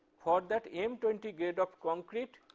for that m twenty grade of concrete,